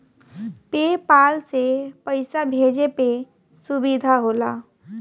पे पाल से पइसा भेजे में सुविधा होला